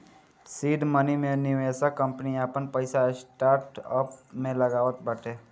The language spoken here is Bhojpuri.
सीड मनी मे निवेशक कंपनी आपन पईसा स्टार्टअप में लगावत बाटे